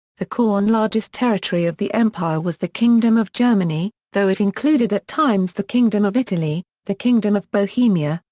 the core and largest territory of the empire was the kingdom of germany, though it included at times the kingdom of italy, the kingdom of bohemia,